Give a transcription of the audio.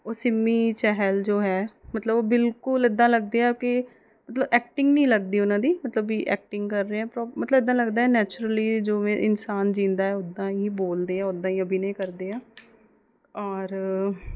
ਉਹ ਸਿੰਮੀ ਚਹਿਲ ਜੋ ਹੈ ਮਤਲਬ ਉਹ ਬਿਲਕੁਲ ਇੱਦਾਂ ਲੱਗਦੀ ਆ ਕਿ ਮਤਲਬ ਐਕਟਿੰਗ ਨਹੀਂ ਲੱਗਦੀ ਉਹਨਾਂ ਦੀ ਮਤਲਬ ਵੀ ਐਕਟਿੰਗ ਕਰ ਰਹੇ ਮਤਲਬ ਇੱਦਾਂ ਲੱਗਦਾ ਨੈਚੁਰਲੀ ਜੋ ਇਨਸਾਨ ਜਿੱਦਾਂ ਉੱਦਾਂ ਹੀ ਬੋਲਦੇ ਉੱਦਾਂ ਹੀ ਅਭਿਨੈ ਕਰਦੇ ਹੈ ਔਰ